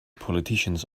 politicians